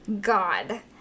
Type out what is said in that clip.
God